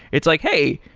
it's like, hey,